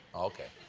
okay.